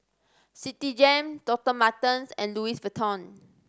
Citigem Doctor Martens and Louis Vuitton